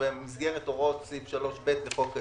המגבלות שקובעות הוראות סעיף 3ב לחוק היסוד,